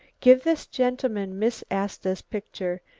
give this gentleman miss asta's picture.